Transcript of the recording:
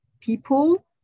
people